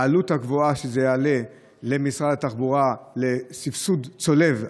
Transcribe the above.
העלות הגבוהה שזה יעלה למשרד התחבורה לסבסוד צולב,